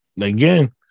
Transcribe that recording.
again